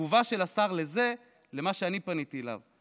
אני רק אראה לך את ההבדל בין התגובה של השר לזה למה שאני פניתי אליו.